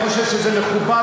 אני לא חושב שזה מכובד,